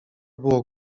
było